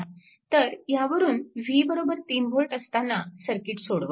तर ह्यावरून v 3V असताना सर्किट सोडवा